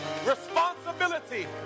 Responsibility